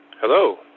Hello